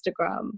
Instagram